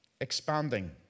Expanding